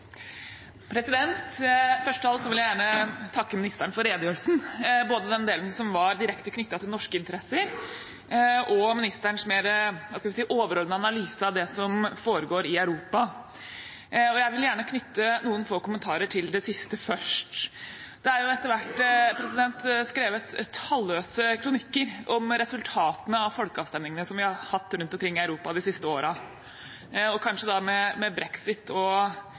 Først av alt vil jeg gjerne takke ministeren for redegjørelsen, både den delen som var direkte knyttet til norske interesser, og ministerens mer – hva skal vi si – overordnede analyse av det som foregår i Europa. Jeg vil gjerne knytte noen få kommentarer til det siste først. Det er etter hvert skrevet talløse kronikker om resultatene av folkeavstemningene vi har hatt rundt omkring i Europa de siste årene, kanskje med brexit og